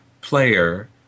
player